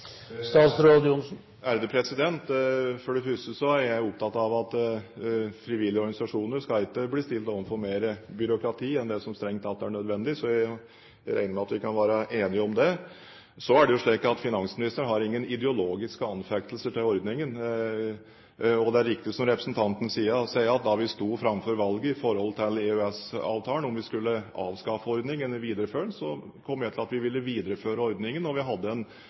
For det første er jeg opptatt av at frivillige organisasjoner ikke skal bli stilt overfor mer byråkrati enn det som strengt tatt er nødvendig, så jeg regner med at vi kan være enige om det. Så er det slik at finansministeren har ingen ideologiske anfektelser når det gjelder ordningen. Og det er riktig som representanten sier, at da vi sto framfor valget når det gjaldt EØS-avtalen, om vi skulle avskaffe ordningen eller videreføre den, kom jeg til at vi ville videreføre ordningen. Vi hadde en konstruktiv og god dialog med opposisjonen i den sammenhengen, og jeg kan godt tenke meg å ha en